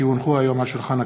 כי הונחו היום על שולחן הכנסת,